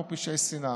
כמו פשעי שנאה.